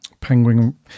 Penguin